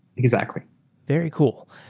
exactly very cool.